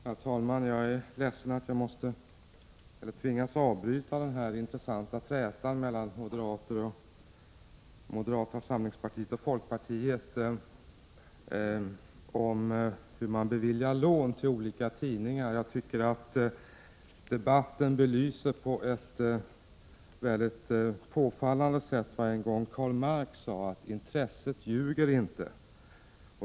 Herr talman! Jag är ledsen att jag tvingas avbryta den här intressanta trätan mellan moderata samlingspartiet och folkpartiet om hur man beviljar lån till olika tidningar. Debatten belyser på ett mycket påfallande sätt vad en gång Karl Marx sade: Intresset ljuger inte.